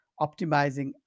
optimizing